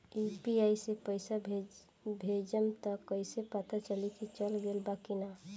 UPI से पइसा भेजम त कइसे पता चलि की चल गेल बा की न?